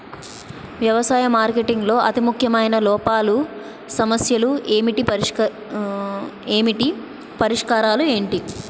వ్యవసాయ మార్కెటింగ్ లో అతి ముఖ్యమైన లోపాలు సమస్యలు ఏమిటి పరిష్కారాలు ఏంటి?